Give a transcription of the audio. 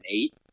eight